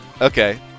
okay